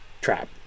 trap